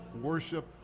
worship